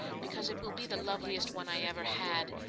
because it will be the loveliest one i ever had.